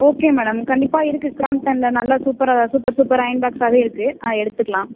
okay madam கண்டிப்பாக இருக்குது க்ராம்ப்டனில் நல்ல சூப்பராக சூப்பர் சூப்பர் அயன் பாக்ஸாகவே இருக்குது ஆ எடுத்துக்கலாம்